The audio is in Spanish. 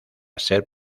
ser